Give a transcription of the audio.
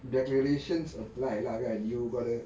declarations apply lah kan you got there